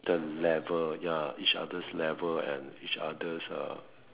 the level ya each other's level and each other's uh